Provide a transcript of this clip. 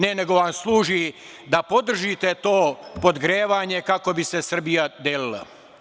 Ne, nego vam služi da podržite to podgrevanje kako bi se Srbija delila.